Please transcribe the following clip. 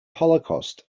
holocaust